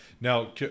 Now